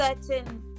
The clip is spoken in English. certain